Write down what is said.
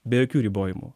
be jokių ribojimų